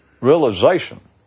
realization